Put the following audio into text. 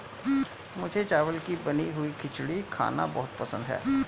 मुझे चावल की बनी हुई खिचड़ी खाना बहुत पसंद है